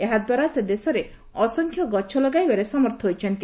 ଏହାଦ୍ୱାରା ସେ ଦେଶରେ ଅସଂଖ୍ୟ ଗଛ ଲଗାଇବାରେ ସମର୍ଥ ହୋଇଛନ୍ତି